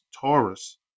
Taurus